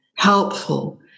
helpful